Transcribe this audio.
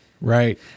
right